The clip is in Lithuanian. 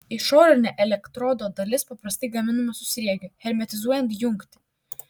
išorinė elektrodo dalis paprastai gaminama su sriegiu hermetizuojant jungtį